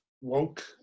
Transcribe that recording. woke